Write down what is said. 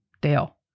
Dale